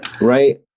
right